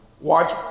Watch